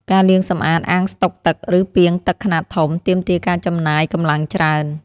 ការលាងសម្អាតអាងស្តុកទឹក ឬពាងទឹកខ្នាតធំ ទាមទារការចំណាយកម្លាំងច្រើន។